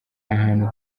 ahantu